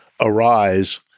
arise